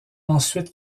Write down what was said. ensuite